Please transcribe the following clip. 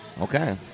Okay